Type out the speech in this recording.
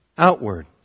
Outward